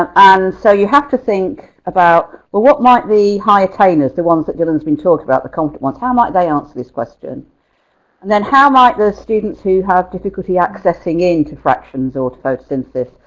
and so you have to think about well, what might be high attainers, the ones that dylan has been talking about, the confident ones. how might they answer this question? and then how might those students who have difficulty accessing into fractions or to those senses,